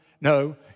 No